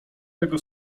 tego